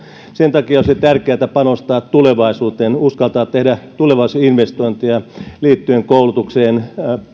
sen takia olisi tärkeätä panostaa tulevaisuuteen uskaltaa tehdä tulevaisuusinvestointeja liittyen koulutukseen